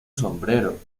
sombrero